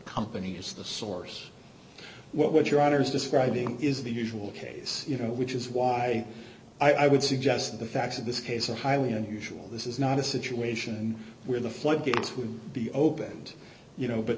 company is the source which your honour's describing is the usual case you know which is why i would suggest that the facts of this case are highly unusual this is not a situation where the floodgates would be opened you know but